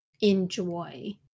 enjoy